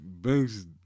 Banks